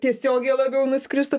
tiesiogiai labiau nuskristų